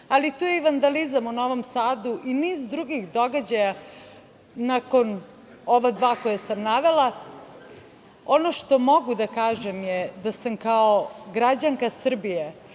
ali i tu je vandalizam u Novom Sadu i niz drugih događaja nakon ova dva koje sam navela. Ono što mogu da kažem je da sam kao građanka Srbije